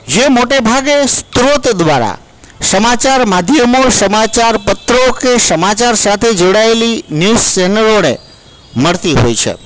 જે મોટે ભાગે સ્ત્રોત દ્વારા સમાચાર માધ્યમો સમાચાર પત્રો કે સમાચાર સાથે જોડાયેલી ન્યૂઝ ચેનલોને મળતી હોય છે